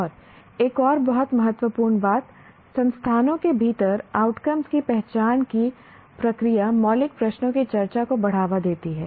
और एक और बहुत महत्वपूर्ण बात संस्थानों के भीतर आउटकम्स की पहचान की प्रक्रिया मौलिक प्रश्नों की चर्चा को बढ़ावा देती है